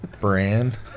brand